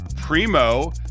Primo